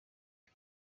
bwe